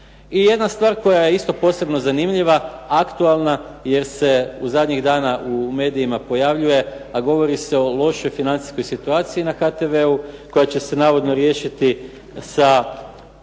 jedna stvar koja je posebno zanimljiva, aktualna, jer se u zadnjih dana u medijima pojavljuje, a govori se o lošoj financijskoj situaciji na HTV-u koja će se navodno riješiti sa smanjenjem